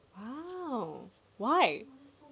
!wow! why